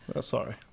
Sorry